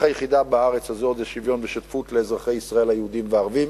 היחידה בארץ הזאת זה שוויון ושותפות לאזרחי ישראל היהודים והערבים.